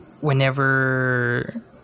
whenever